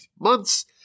months